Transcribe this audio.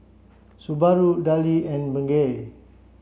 Subaru Darlie and Bengay